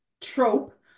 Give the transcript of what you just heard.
trope